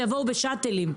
ויבואו בשאטלים.